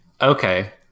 Okay